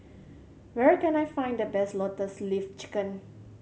where can I find the best Lotus Leaf Chicken